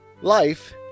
Life